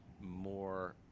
more